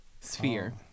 sphere